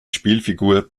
spielfigur